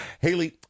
Haley